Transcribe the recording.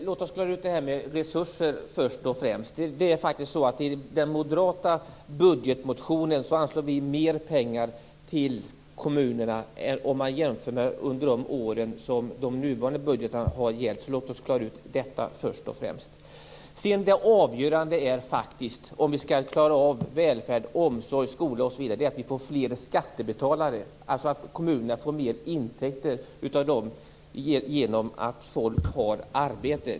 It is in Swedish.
Fru talman! Låt oss först och främst klara ut det här med resurser. I den moderata budgetmotionen anslår vi faktiskt mer pengar till kommunerna än om man jämför med de år då de nuvarande budgetarna har gällt. Så låt oss klara ut detta först och främst. Det avgörande för om vi skall klara av välfärd, omsorg och skola är att det blir fler skattebetalare, dvs. kommunerna får ökade intäkter tack vare att folk har arbete.